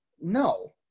no